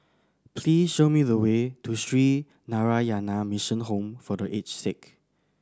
please show me the way to Sree Narayana Mission Home for The Aged Sick